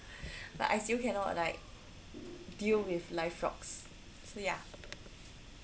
but I still cannot like deal with live frogs so ya